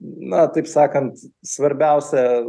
na taip sakant svarbiausia